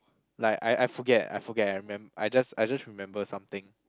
like I I forget I forget I remem~ I just I just remember something